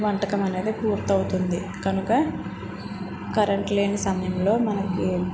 వంటకం అనేది పూర్తవుతుంది కనుక కరెంట్ లేని సమయంలో మనకి